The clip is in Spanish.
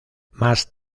más